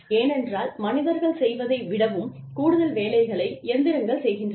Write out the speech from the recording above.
ஏனென்றால் மனிதர்கள் செய்வதை விடவும் கூடுதல் வேலைகளை இயந்திரங்கள் செய்கின்றன